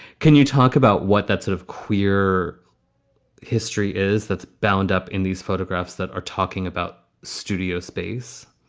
can you talk about what that sort of queer history is that's bound up in these photographs that are talking about studio space?